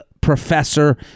professor